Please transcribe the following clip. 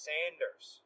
Sanders